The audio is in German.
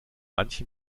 manche